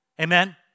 Amen